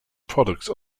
products